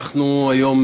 אנחנו היום,